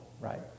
right